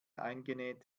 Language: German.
eingenäht